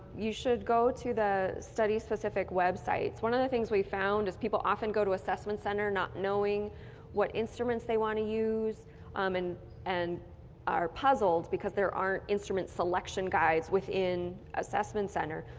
you should go to the study-specific website. one of the things we found is people often go to assessment center not knowing what instruments they want to use um and and are puzzled because there aren't instrument selection guides within assessment center.